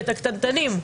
את הקטנטנים.